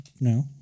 No